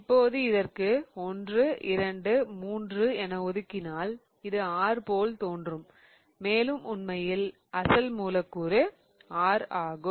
இப்போது இதற்கு 1 2 3 என ஒதுக்கினால் இது R போல் தோன்றும் மேலும் உண்மையில் அசல் மூலக்கூறு R ஆகும்